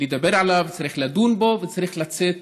לדבר עליו, צריך לדון בו וצריך לצאת